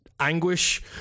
anguish